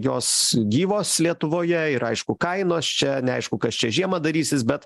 jos gyvos lietuvoje ir aišku kainos čia neaišku kas čia žiemą darysis bet